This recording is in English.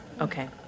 okay